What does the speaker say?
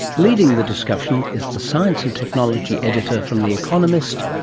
leading the discussion is the science and technology editor from the economist,